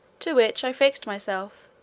to which i fixed myself,